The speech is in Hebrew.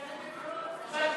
אני מציע ללכת לבחירות.